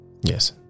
Yes